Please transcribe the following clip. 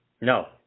No